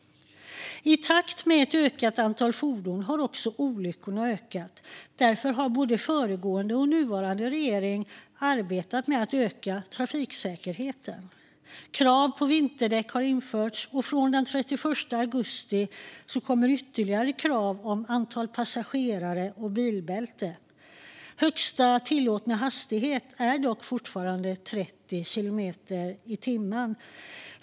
I takt med ett ökat antal fordon har också olyckorna ökat. Därför har både föregående och nuvarande regering arbetat med att öka trafiksäkerheten. Krav på vinterdäck har införts, och från den 31 augusti kommer ytterligare krav på antal passagerare och bilbälte. Högsta tillåtna hastighet är dock fortfarande 30 kilometer i timmen.